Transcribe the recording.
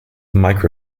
mike